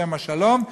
בשם השלום,